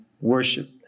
worship